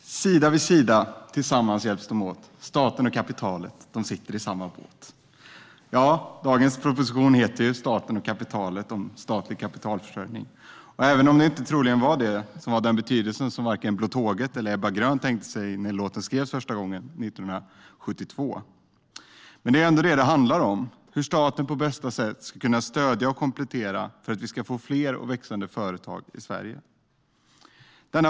Herr talman! "Sida vid sida, tillsammans hjälps dom åt, staten och kapitalet sitter i samma båt". Dagens proposition heter Staten och kapitalet - struktur för finansiering av innovation och hållbar tillväxt . Den handlar om statlig kapitalförsörjning, men det var troligtvis inte den betydelsen som Blå tåget tänkte sig när låten skrevs 1972 och inte heller Ebba Grön när de senare spelade in den. Det är ändå detta det handlar om: hur staten på bästa sätt ska kunna stödja och komplettera för att vi ska få fler och växande företag i Sverige.